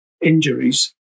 injuries